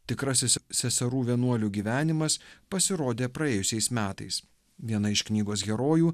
tikrasis seserų vienuolių gyvenimas pasirodė praėjusiais metais viena iš knygos herojų